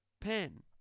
Pen